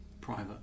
private